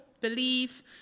Believe